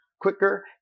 quicker